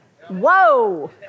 Whoa